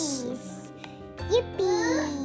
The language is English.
Yippee